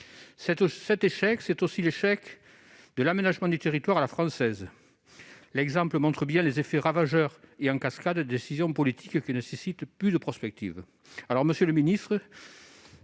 Cet échec, c'est aussi celui de l'aménagement du territoire à la française. L'exemple montre bien les effets ravageurs et en cascade de telles décisions politiques. Elles nécessitent plus de prospective. Monsieur le secrétaire